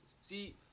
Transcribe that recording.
See